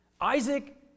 Isaac